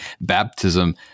Baptism